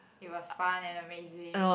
it was fun and amazing